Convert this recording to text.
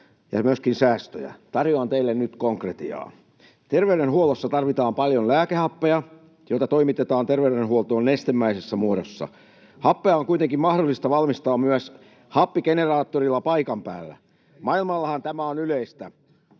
ja myöskin säästöjä. Tarjoan teille nyt konkretiaa. Terveydenhuollossa tarvitaan paljon lääkehappea, jota toimitetaan terveydenhuoltoon nestemäisessä muodossa. Happea on kuitenkin mahdollista valmistaa myös happigeneraattorilla paikan päällä. [Petri Honkosen